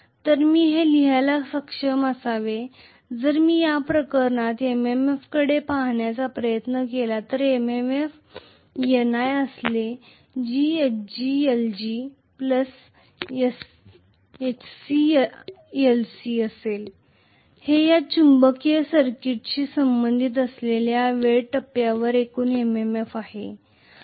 तर मी हे लिहायला सक्षम असावे जर मी या प्रकरणात MMF कडे पाहण्याचा प्रयत्न केला तर हे MMF Ni असेल जी Hglg Hclc असेल हे या चुंबकीय सर्किटशी संबंधित असलेल्या या वेळी या टप्प्यावर एकूण MMF आहे